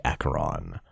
Acheron